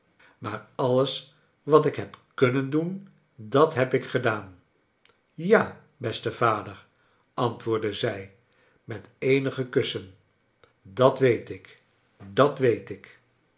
maar alles wat ik heb kunnen doen dat heb ik gedaan ja beste vader antwoordde zij met eenige kussen dat weet ik dat weet ik